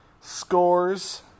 scores